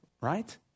right